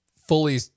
fully